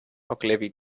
ogilvy